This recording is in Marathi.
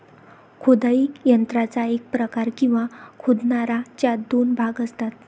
खोदाई यंत्राचा एक प्रकार, किंवा खोदणारा, ज्यात दोन भाग असतात